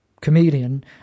comedian